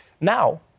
now